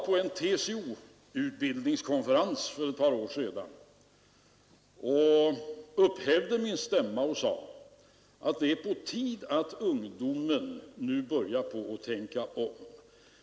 På en TCO-utbildningskonferens för ett par år sedan upphävde jag min lerande åtgärder lerande åtgärder stämma och sade att det är på tiden att ungdomen nu börjar tänka om.